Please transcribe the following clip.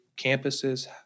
campuses